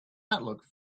outlook